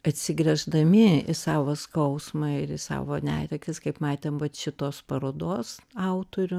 atsigręždami į savo skausmą ir į savo netektis kaip matėm vat šitos parodos autorių